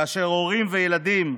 כאשר הורים וילדים,